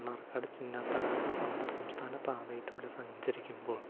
മണ്ണാര്ക്കാട് ചിന്നാത്താടാകം അന്തർ സംസ്ഥാന പാതായിലൂടെ സഞ്ചരിക്കുമ്പോൾ